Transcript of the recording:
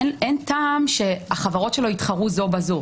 אין טעם שהחברות שלו התחרו זו בזו.